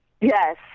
Yes